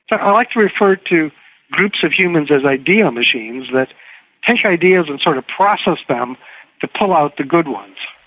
but i like to refer to groups of humans as idea machines that pitch ideas and sort of process them to pull out the good ones.